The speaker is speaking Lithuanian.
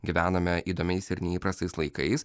gyvename įdomiais ir neįprastais laikais